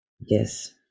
Yes